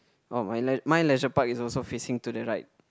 oh my lei~ my leisure park is also facing to the right